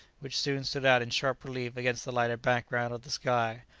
which soon stood out in sharp relief against the lighter background of the sky,